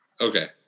Okay